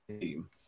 team